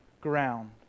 ground